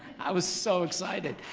i was so excited.